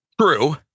True